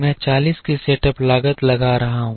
मैं 40 की सेटअप लागत लगा रहा हूं